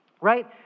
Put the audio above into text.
right